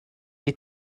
les